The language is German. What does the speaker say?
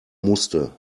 musste